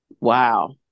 Wow